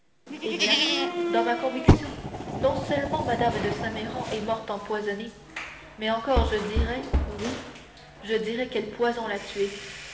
eh bien dans ma conviction non seulement mme de saint méran est morte empoisonnée mais encore je dirais oui je dirais quel poison l'a tuée